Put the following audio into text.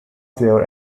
flavor